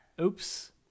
oops